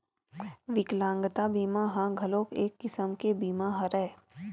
बिकलांगता बीमा ह घलोक एक किसम के बीमा हरय